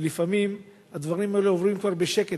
ולפעמים הדברים האלה עוברים כבר בשקט,